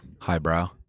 Highbrow